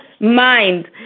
mind